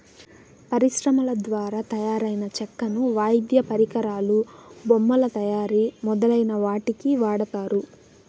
పరిశ్రమల ద్వారా తయారైన చెక్కను వాయిద్య పరికరాలు, బొమ్మల తయారీ మొదలైన వాటికి వాడతారు